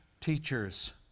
teachers